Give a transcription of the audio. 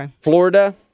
Florida